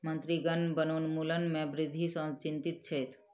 मंत्रीगण वनोन्मूलन में वृद्धि सॅ चिंतित छैथ